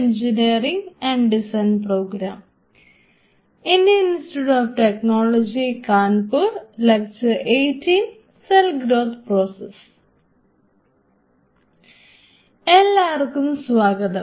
എല്ലാവർക്കും സ്വാഗതം